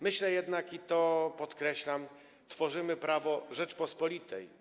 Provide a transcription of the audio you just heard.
Myślę jednak, i to podkreślam, że tworzymy prawo Rzeczypospolitej.